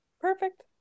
Perfect